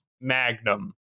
Magnum